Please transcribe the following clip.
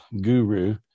guru